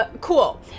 cool